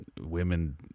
women